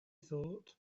thought